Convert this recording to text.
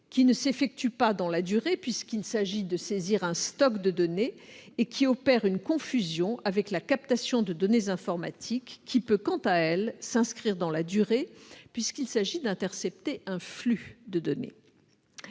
ne s'effectue pas dans la durée puisqu'il s'agit de saisir un stock de données. Cette disposition opère également une confusion avec la captation de données informatiques qui peut, quant à elle, s'inscrire dans la durée, puisqu'il s'agit d'intercepter un flux de données.